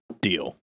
deal